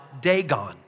Dagon